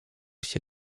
się